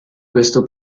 questo